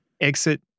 Exit